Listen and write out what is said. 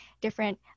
different